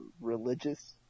religious